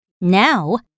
Now